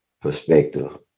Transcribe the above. perspective